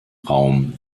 raum